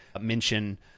mention